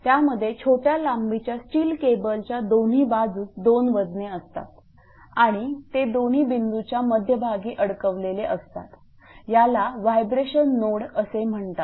त्यामध्ये छोट्या लांबीच्या स्टील केबलच्या दोन्ही बाजूस 2 वजने असतात आणि ते दोन्ही बिंदूच्या मध्यभागी अडकवलेले असतात त्याला व्हायब्रेशन नोड असे म्हणतात